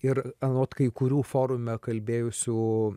ir anot kai kurių forume kalbėjusių